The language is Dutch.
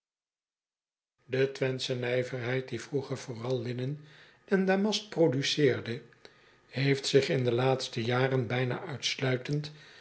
e wenthsche nijverheid die vroeger vooral linnen en damast produceerde heeft zich in de laatste jaren bijna uitsluitend